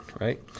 right